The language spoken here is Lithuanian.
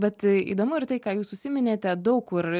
bet įdomu ir tai ką jūs užsiminėte daug kur